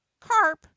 Carp